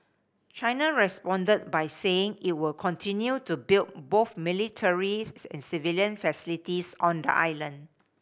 China responded by saying it would continue to build both militaries and civilian facilities on the island